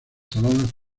saladas